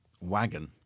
wagon